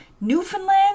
Newfoundland